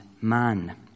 man